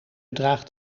draagt